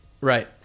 Right